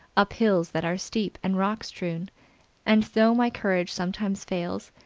up hills that are steep and rock-strewn and, though my courage sometimes fails,